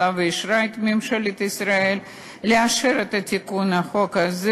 הולך ומממן את התקציב שלו מהביטוח הלאומי,